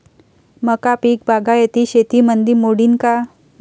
मका पीक बागायती शेतीमंदी मोडीन का?